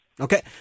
Okay